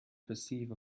perceive